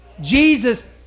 Jesus